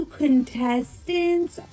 contestants